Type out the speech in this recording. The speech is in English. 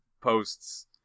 posts